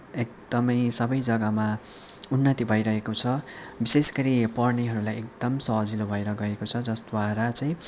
एकदमै सबैजग्गामा उन्नति भइरहेको छ विषेशगरी पढनेहरूलाई एकदम सजिलो भएर गएको छ जसद्वारा चाहिँ